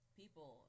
people